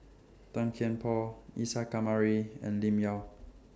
Tan Kian Por Isa Kamari and Lim Yau